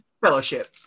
fellowship